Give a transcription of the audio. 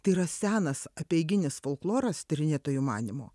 tai yra senas apeiginis folkloras tyrinėtojų manymu